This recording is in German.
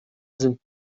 sind